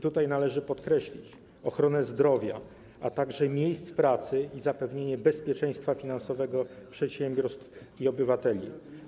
Tutaj należy podkreślić ochronę zdrowia, a także miejsc pracy i zapewnienie bezpieczeństwa finansowego przedsiębiorstw i obywateli.